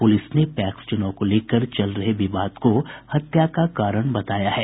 police ने PACS चुनाव को लेकर चल रही विवाद को हत्या का कारण बताया है